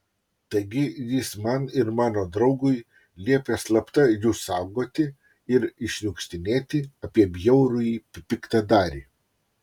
taigi jis man ir mano draugui liepė slapta jus saugoti ir iššniukštinėti apie bjaurųjį piktadarį